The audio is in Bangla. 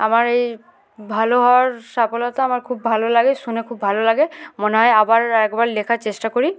আমার এই ভালো হওয়ার সাফলতা আমার খুব ভালো লাগে শুনে খুব ভালো লাগে মনে হয় আবার একবার লেখার চেষ্টা করি